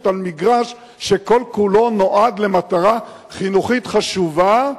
על מגרש שכל-כולו נועד למטרה חינוכית חשובה,